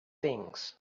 things